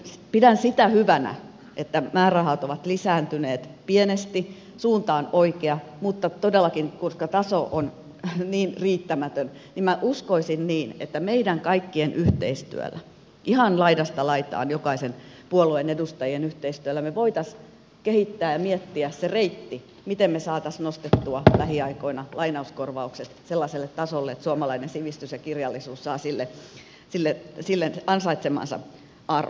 pidän sitä hyvänä että määrärahat ovat lisääntyneet pienesti suunta on oikea mutta todellakin koska taso on niin riittämätön niin uskoisin että meidän kaikkien yhteistyöllä ihan laidasta laitaan jokaisen puolueen edustajien yhteistyöllä me voisimme kehittää ja miettiä sen reitin miten me saisimme nostettua lähiaikoina lainauskorvaukset sellaiselle tasolle että suomalainen sivistys ja kirjallisuus saavat ansaitsemansa arvon